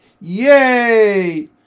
Yay